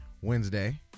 Wednesday